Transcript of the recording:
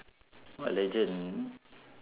what legend